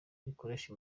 rikoresha